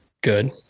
good